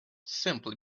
simply